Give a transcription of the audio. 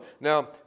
Now